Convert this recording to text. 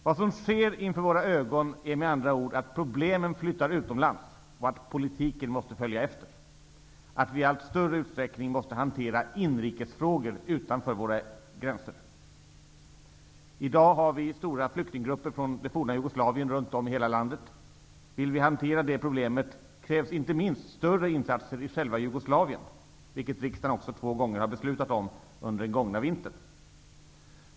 Vad som sker inför våra ögon är med andra ord att problemen flyttar utomlands och att politiken måste följa efter, att vi i allt större utsträckning måste hantera inrikesfrågor utanför våra gränser. I dag har vi stora flyktinggrupper från det forna Jugoslavien runt om i landet. Vill vi hantera det problemet krävs inte minst större insatser i själva Jugoslavien, vilket riksdagen också två gånger beslutat om under den gångna vintern.